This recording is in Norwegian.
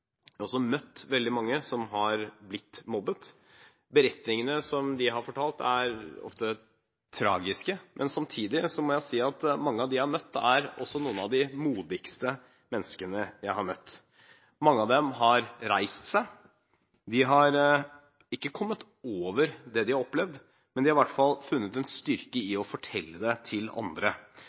også møtt veldig mange som har blitt mobbet. Beretningene som de har fortalt, er ofte tragiske, men samtidig må jeg si at mange av dem jeg har møtt, er også noen av de modigste menneskene jeg har møtt. Mange av dem har reist seg, de har ikke kommet over det de har opplevd, men de har i hvert fall funnet en styrke i å fortelle det til andre.